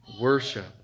worship